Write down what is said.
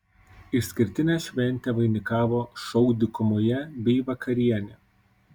išskirtinę šventę vainikavo šou dykumoje bei vakarienė